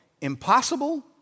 impossible